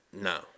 No